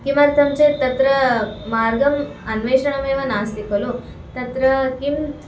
किमर्थं चेत् तत्र मार्गम् अन्वेषणमेव नास्ति खलु तत्र किं